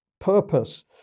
purpose